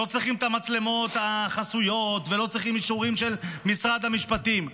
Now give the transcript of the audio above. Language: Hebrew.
לא צריכים את המצלמות החסויות ולא צריכים אישורים של משרד המשפטים,